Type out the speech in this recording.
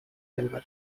delivery